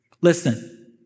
Listen